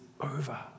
over